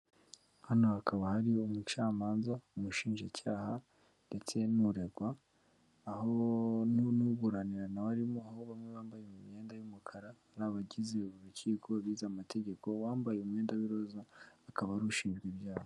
Hano hakaba hari umucamanza, umushinjacyaha ndetse n'uregwa, aho n'uburanira na we arimo, aho bamwe bambaye imyenda y'umukara n'abagize urukiko bize amategeko, uwambaye umwenda w'iroza akaba ari ushinjwa ibyaha.